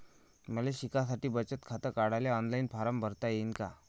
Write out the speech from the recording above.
मले शिकासाठी बचत खात काढाले ऑनलाईन फारम भरता येईन का?